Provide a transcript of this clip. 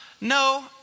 No